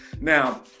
now